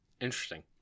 interesting